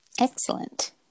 Excellent